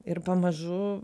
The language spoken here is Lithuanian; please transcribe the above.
ir pamažu